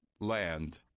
land